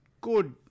good